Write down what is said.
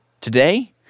Today